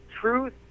Truth